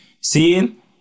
Seeing